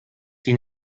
die